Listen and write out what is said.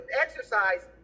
exercise